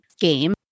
game